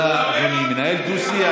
אתה מנהל איתם דו-שיח,